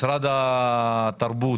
משרד התרבות